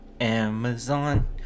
Amazon